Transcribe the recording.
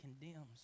condemns